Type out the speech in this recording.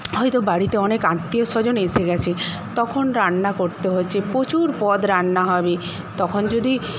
হয়তো বাড়িতে অনেক আত্মীয়স্বজন এসে গেছে তখন রান্না করতে হয়েছে প্রচুর পদ রান্না হবে তখন যদি